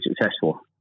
successful